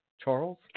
Charles